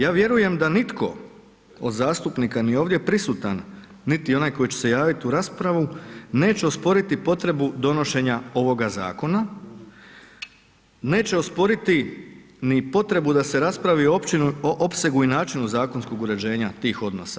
Ja vjerujem da nitko od zastupnika ni ovdje prisutan niti onaj koji će se javiti u raspravi neće osporiti potrebu donošenja ovoga zakona, neće osporiti ni potrebu da se raspravi o opsegu i načinu zakonskog uređenja tih odnosa.